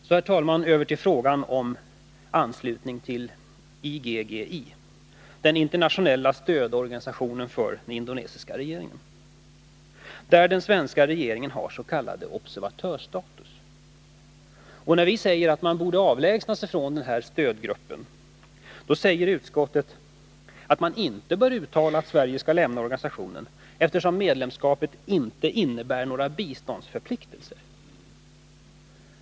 Så, herr talman, över till frågan om anslutning till IGGI, den internationella stödorganisationen för den indonesiska regeringen, där den svenska regeringen har ss.k. observatörstatus. När vi säger att Sverige borde avlägsna sig från den här stödgruppen säger utskottet att man inte bör uttala att Sverige skall lämna organisationen, eftersom observatörskapet inte innebär några biståndsförpliktelser.